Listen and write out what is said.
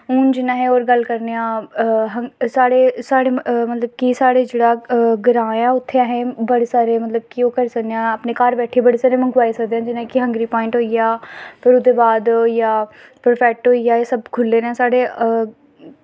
हून जि'यां अस होर गल्ल करदे आं साढ़े मतलब कि साढ़े जेह्ड़ा साढ़ा ग्रांऽ ऐ उत्थै बड़े सारे केह् करी सकदे आं घर बैठियै मंगवाई सकदे आं जि'यां कि हंगरी पआईंट होई गेआ फिर ओह्दे बाद ओह् होई गेआ प्रफैक्ट होई गेआ एह् सारे खुल्ले न साढ़े